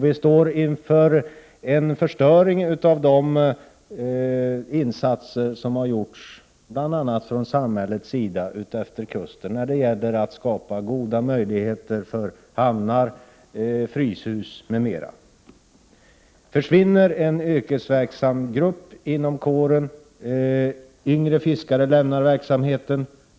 Vi står inför en förstöring av de insatser som gjorts bl.a. från samhällets sida utefter kusten när det gäller att skapa goda möjligheter för hamnar, fryshus m.m. Yngre fiskare lämnar kåren.